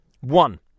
One